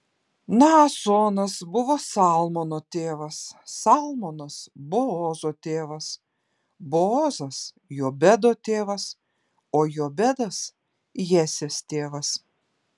naasonas buvo salmono tėvas salmonas boozo tėvas boozas jobedo tėvas o jobedas jesės tėvas